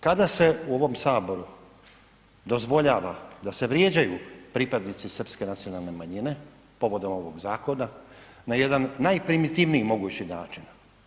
Kada se u ovom Saboru dozvoljava da se vrijeđaju pripadnici srpske nacionalne manjine povodom ovog zakona na jedan najprimitivniji mogući način?